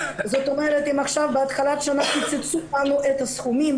זאת אומרת אם עכשיו בהתחלת השנה קיצצו לנו את הסכומים,